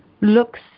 looks